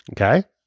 Okay